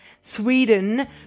Sweden